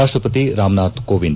ರಾಷ್ಟಪಕಿ Ramnath Kovind